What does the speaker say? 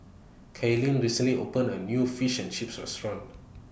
Kaylynn recently opened A New Fish and Chips Restaurant